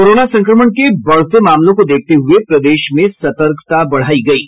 corona संक्रमण के बढ़ते मामलों को देखते हुए प्रदेश में सतर्कता बढ़ायी गयी